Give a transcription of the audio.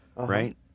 Right